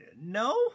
No